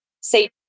say